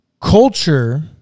Culture